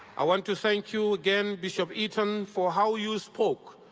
i want to thank you again, bishop eaton, for how you spoke,